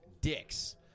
dicks